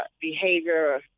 behavior